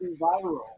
viral